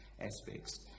aspects